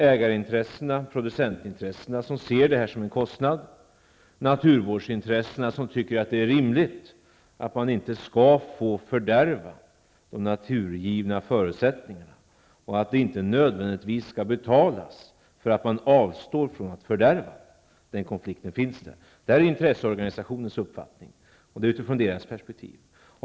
Ägar och producentintresserna ser det här som en kostnad, medan naturvårdsintressena tycker att det är rimligt att man inte skall få fördärva de naturgivna förutsättningarna och att man inte nödvändigtvis skall betalas för att man avstår från att fördärva. Denna konflikt finns. Det här är intresseorganisationens uppfattning utifrån sitt eget perspektiv.